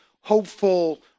hopeful